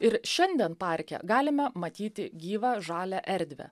ir šiandien parke galime matyti gyvą žalią erdvę